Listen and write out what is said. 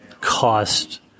cost